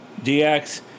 DX